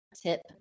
tip